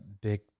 big